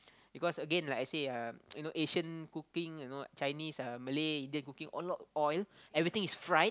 because again like I say uh you know Asian cooking you know Chinese uh Malay Indian cooking a lot of oil everything is fried